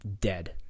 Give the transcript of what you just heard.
dead